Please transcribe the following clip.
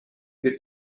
could